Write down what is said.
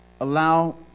allow